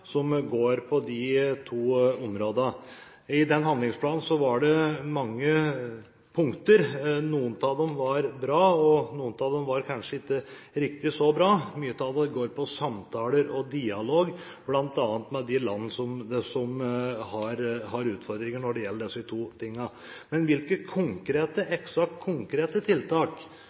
som går på de to områdene. I den handlingsplanen var det mange punkter. Noen av dem var bra, og noen av dem var kanskje ikke riktig så bra. Mye av det går på samtaler og dialog, bl.a. med de land som har utfordringer når det gjelder disse to tingene. Hvilke konkrete